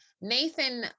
nathan